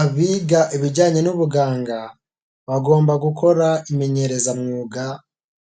Abiga ibijyanye n'ubuganga bagomba gukora imenyerezamwuga